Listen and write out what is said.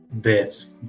bits